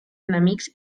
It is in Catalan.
enemics